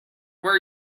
were